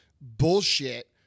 Bullshit